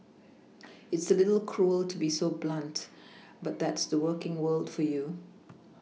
it's a little cruel to be so blunt but that's the working world for you